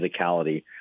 physicality